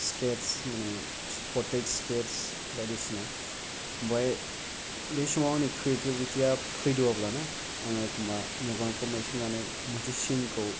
सिकेट्स मानि portrait sketch बायदिसिना बहाय बे समाव आंनि क्रिएटिभिटिया फैद'वाब्लाना आङो एखनब्ला मेगनखौ मोसेबनानै मोनसे सिनखौ